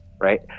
Right